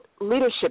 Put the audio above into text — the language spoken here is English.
leadership